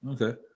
Okay